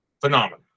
Phenomenal